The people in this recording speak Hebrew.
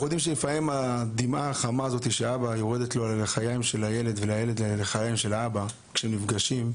אנחנו יודעים שלפעמים הדמעה החמה הזאת של הילד ושל האבא כאשר הם נפגשים,